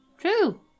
True